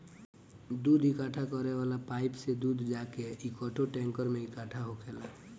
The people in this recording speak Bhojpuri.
दूध इकट्ठा करे वाला पाइप से दूध जाके एकठो टैंकर में इकट्ठा होखेला